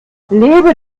lebe